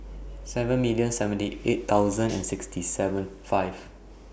seven million seventy eight thousand and six hundred seventy five